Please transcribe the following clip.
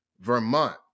Vermont